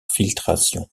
filtration